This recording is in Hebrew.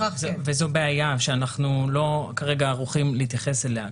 וזו בעיה שאנחנו כרגע לא ערוכים להתייחס אליה.